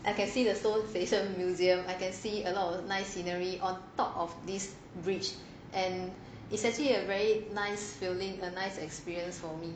I can see the seoul station museum I can see a lot of nice scenery on top of this bridge and is actually a very nice feeling a nice experience for me